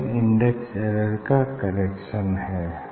यह index error का correction है